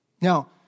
now